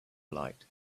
light